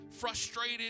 frustrated